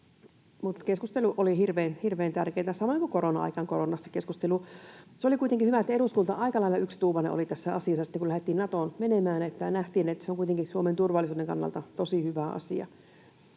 Keskustelu oli hirveän tärkeätä samoin kuin korona-aikaan koronasta keskustelu. Se oli kuitenkin hyvä, että eduskunta aika lailla yksituumainen oli tässä asiassa sitten, kun lähdettiin Natoon menemään, ja nähtiin, että se on kuitenkin Suomen turvallisuuden kannalta tosi hyvä asia.